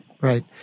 Right